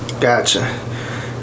Gotcha